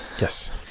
Yes